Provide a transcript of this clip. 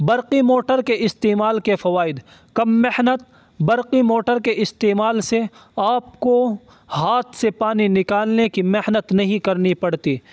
برقی موٹر کے استعمال کے فوائد کم محنت برقی موٹر کے استعمال سے آپ کو ہاتھ سے پانی نکالنے کی محنت نہیں کرنی پڑتی